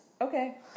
Okay